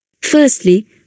Firstly